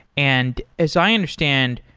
and as i understand,